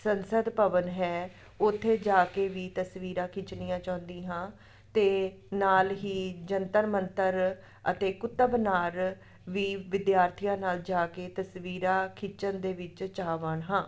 ਸੰਸਦ ਭਵਨ ਹੈ ਉੱਥੇ ਜਾ ਕੇ ਵੀ ਤਸਵੀਰਾਂ ਖਿੱਚਣੀਆਂ ਚਾਹੁੰਦੀ ਹਾਂ ਅਤੇ ਨਾਲ ਹੀ ਜੰਤਰ ਮੰਤਰ ਅਤੇ ਕੁਤਬ ਮਿਨਾਰ ਵੀ ਵਿਦਿਆਰਥੀਆਂ ਨਾਲ ਜਾ ਕੇ ਤਸਵੀਰਾਂ ਖਿੱਚਣ ਦੇ ਵਿੱਚ ਚਾਹਵਾਨ ਹਾਂ